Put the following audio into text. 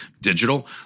digital